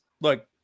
look